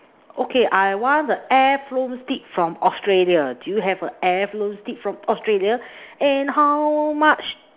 okay I want a air flown steak from Australia do you have a air flown steak from Australia and how much